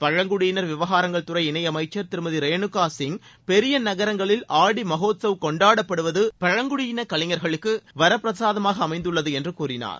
பழங்குடியினர் விவகாரங்கள் துறை இணையமைச்சர் திருமதி ரேணுகா சிங் பெரிய நகரங்களில் ஆடி மகோத்சவ் கொண்டாடப்படுவது பழங்குடியின கலைஞர்களுக்கு வரப்பிரசாதமாக அமந்துள்ளது என்று கூறினார்